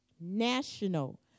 national